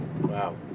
Wow